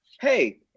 hey